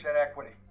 equity